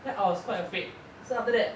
then I was quite afraid so after that